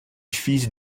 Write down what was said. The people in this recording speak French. fils